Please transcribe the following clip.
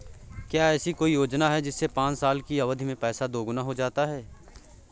क्या ऐसी कोई योजना है जिसमें पाँच साल की अवधि में पैसा दोगुना हो जाता है?